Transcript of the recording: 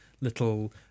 little